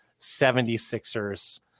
76ers